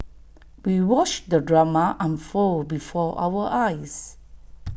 we watched the drama unfold before our eyes